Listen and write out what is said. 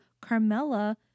Carmela